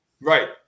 Right